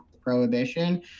prohibition